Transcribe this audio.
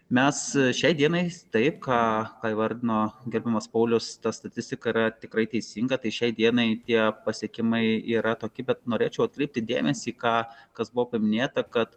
mes šiai dienai taip ką o įvardino gerbiamas paulius ta statistika yra tikrai teisinga tai šiai dienai tie pasiekimai yra tokie bet norėčiau atkreipti dėmesį ką kas buvo paminėta kad